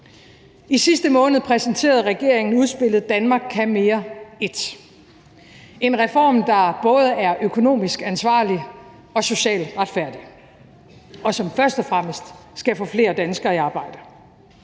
I sidste måned præsenterede regeringen udspillet »Danmark kan mere I«; en reform, der både er økonomisk ansvarlig og socialt retfærdig, og som først og fremmest skal få flere danskere i arbejde.